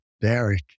Derek